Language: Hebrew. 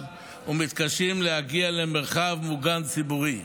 ומתקשים להגיע למרחב מוגן ציבורי.